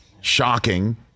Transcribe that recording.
shocking